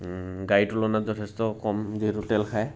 গাড়ী তুলনাত যথেষ্ট কম যিহেতু তেল খায়